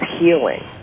healing